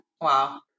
Wow